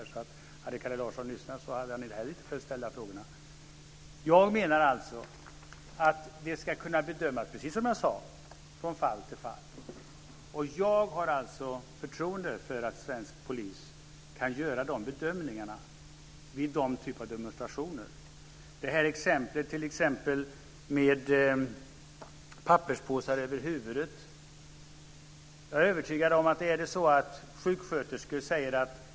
Om Kalle Larsson hade lyssnat på det hade han inte heller behövt ställa dessa frågor. Jag menar alltså, precis som jag sade, att detta ska kunna bedömas från fall till fall. Och jag har förtroende för att svensk polis kan göra dessa bedömningar vid dessa typer av demonstrationer. Jag ska säga något om exemplet med demonstranter som har papperspåsar över huvudet.